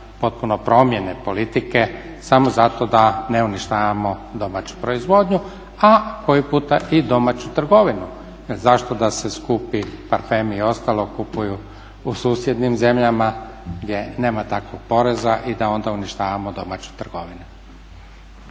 potpuno promjene politike samo zato da ne uništavamo domaću proizvodnju, a koji puta i domaću trgovinu jer zašto da se skupi parfemi i ostalo kupuju u susjednim zemljama gdje nema takvog poreza i da onda uništavamo domaću trgovinu.